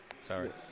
Sorry